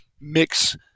mix